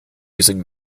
using